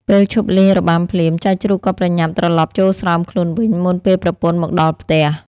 ពេលឈប់លេងរបាំភ្លាម ចៅជ្រូកក៏ប្រញាប់ត្រឡប់ចូលស្រោមខ្លួនវិញ មុនពេលប្រពន្ធមកដល់ផ្ទះ។